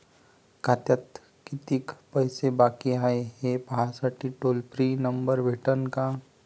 खात्यात कितीकं पैसे बाकी हाय, हे पाहासाठी टोल फ्री नंबर भेटन का?